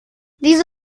diese